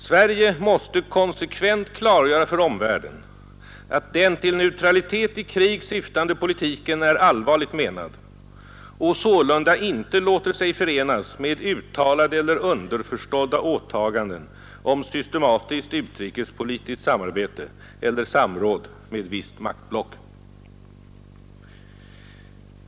Sverige måste konsekvent klargöra för omvärlden att den till neutralitet i krig syftande politiken är allvarligt menad och sålunda inte låter sig förenas med uttalade eller underförstådda åtaganden om systematiskt utrikespolitiskt samarbete eller samråd med visst maktblock.